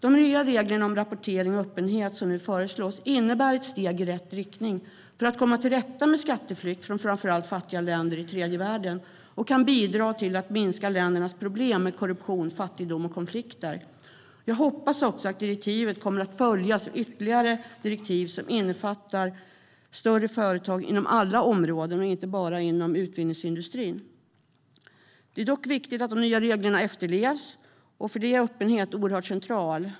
De nya reglerna om rapportering och öppenhet som nu föreslås innebär ett steg i rätt riktning för att komma till rätta med skatteflykt från framför allt fattiga länder i tredje världen och kan bidra till att minska ländernas problem med korruption, fattigdom och konflikter. Jag hoppas att direktivet kommer att följas av ytterligare direktiv som innefattar större företag inom alla områden, inte bara inom utvinningsindustrin. Det är dock viktigt att de nya reglerna efterlevs, och för detta är öppenheten oerhört central.